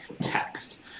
text